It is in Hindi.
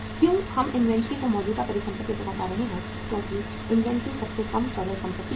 क्यों हम इन्वेंट्री को मौजूदा परिसंपत्तियों से घटा रहे हैं क्योंकि इन्वेंट्री सबसे कम तरल संपत्ति है